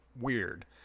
weird